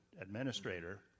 administrator